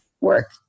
work